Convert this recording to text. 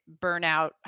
burnout